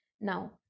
Now